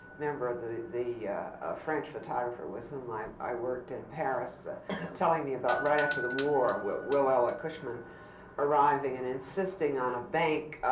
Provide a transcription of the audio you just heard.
remember the the ah french photographer with whom i i worked in paris telling me about right after the war wilhela cushman arriving and insisting on a bank